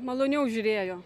maloniau žiūrėjo